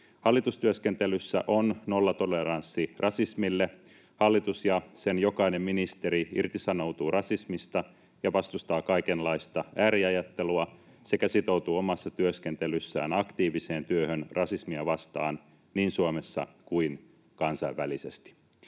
”Hallitustyöskentelyssä on nollatoleranssi rasismille. Hallitus ja sen jokainen ministeri irtisanoutuu rasismista ja vastustaa kaikenlaista ääriajattelua sekä sitoutuu omassa työskentelyssään aktiiviseen työhön rasismia vastaan niin Suomessa kuin kansainvälisesti.”